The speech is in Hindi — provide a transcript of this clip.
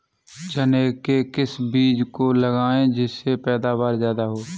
चने के किस बीज को लगाएँ जिससे पैदावार ज्यादा हो?